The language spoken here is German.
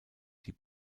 die